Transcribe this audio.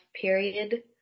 period